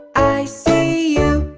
i see you